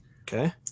Okay